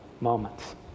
moments